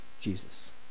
Jesus